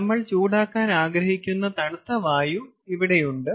നമ്മൾ ചൂടാക്കാൻ ആഗ്രഹിക്കുന്ന തണുത്ത വായു ഇവിടെയുണ്ട്